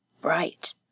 bright